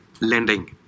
lending